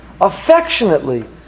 affectionately